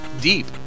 deep